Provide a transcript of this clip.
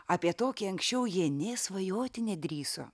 apie tokį anksčiau jie nė svajoti nedrįso